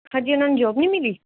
ਹਜੇ ਉਨ੍ਹਾਂ ਨੂੰ ਜੋਬ ਨਹੀਂ ਮਿਲੀ